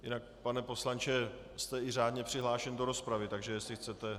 Jinak, pane poslanče, jste i řádně přihlášen do rozpravy, jestli chcete.